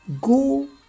go